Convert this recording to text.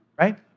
right